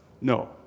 No